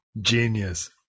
Genius